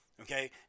Okay